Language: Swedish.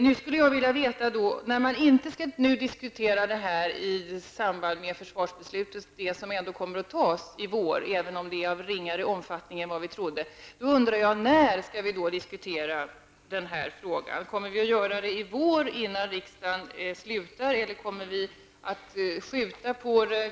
När man nu inte skall diskutera den här frågan i samband med det försvarsbeslut som ändå kommer att fattas i vår -- även om det blir av ringare omfattning än vad vi trodde -- när skall vi då diskutera den? Kommer vi att göra det i vår innan riksdagen slutar, eller kommer vi att skjuta på det?